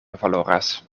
valoras